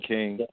King